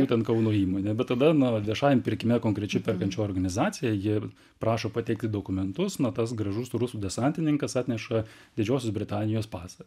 būtent kauno įmonė bet tada na viešajam pirkime konkrečiai perkančioji organizacija ji ir prašo pateikti dokumentus nu tas gražus rusų desantininkas atneša didžiosios britanijos pasą